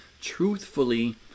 truthfully